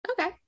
okay